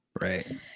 Right